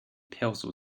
perso